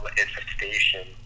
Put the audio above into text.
infestation